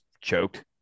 choked